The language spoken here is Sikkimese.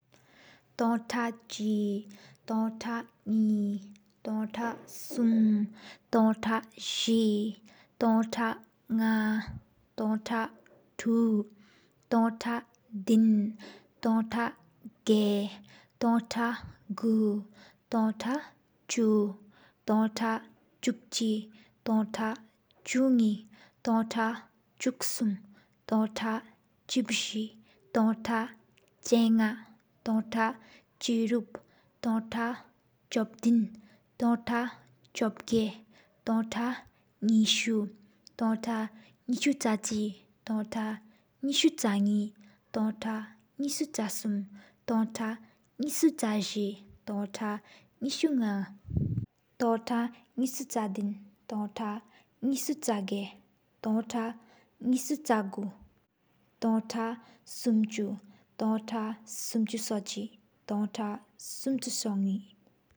ཐོང་ཐག་གཅིག། ཐོང་ཐག་གཉིས། ཐོང་ཐག་གསུམ། ཐོང་ཐག་བཞི། ཐོང་ཐག་ལྔ། ཐོང་ཐག་དྲུག། ཐོང་ཐག་བདུན། ཐོང་ཐག་བརྒྱད། ཐོང་ཐག་དགུ། ཐོང་ཐག་བཅུ། ཐོང་ཐག་བཅུ་གཅིག། ཐོང་ཐག་བཅུ་གཉིས། ཐོང་ཐག་བཅུ་གསུམ། ཐོང་ཐག་བཅུ་བཞི། ཐོང་ཐག་བཅུ་ལྔ། ཐོང་ཐག་བཅུ་དྲུག། ཐོང་ཐག་བཅུ་བདུན། ཐོང་ཐག་བཅུ་བརྒྱད། ཐོང་ཐག་བཅུ་དགུ། ཐོང་ཐག་ཉི་ཤུ། ཐོང་ཐག་ཉི་ཤུ་ཅིག།